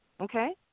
Okay